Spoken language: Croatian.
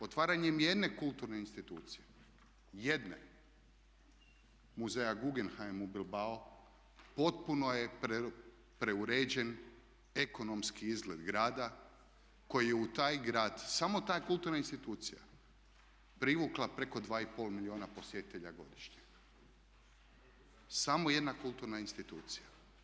Otvaranjem jedne kulturne institucije, jedne, muzeja Guggenheim u Bilbao potpuno je preuređen ekonomski izgled grada koji je u taj grad, samo ta kulturna institucija privukla preko 2,5 milijuna posjetitelja godišnje, samo jedna kulturna institucija.